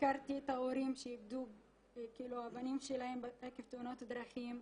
ביקרתי את ההורים שאיבדו את הילדים שלהם עקב תאונת דרכים,